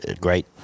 Great